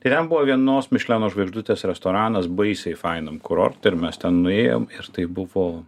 tai ten buvo vienos mišleno žvaigždutės restoranas baisiai fainam kurorte ir mes ten nuėjom ir tai buvo